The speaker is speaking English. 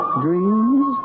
dreams